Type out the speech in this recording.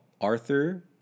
Arthur